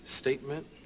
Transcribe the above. statement